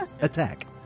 Attack